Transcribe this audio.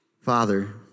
Father